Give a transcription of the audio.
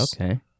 Okay